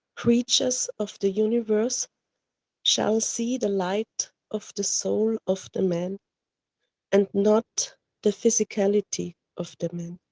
creatures of the universe shall see the light of the soul of the man and not the physicality of the man.